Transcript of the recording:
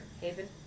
Haven